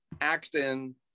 actin